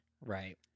right